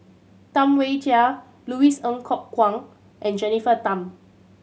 Tam Wai Jia Louis Ng Kok Kwang and Jennifer Tham